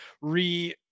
re